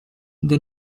the